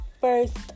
first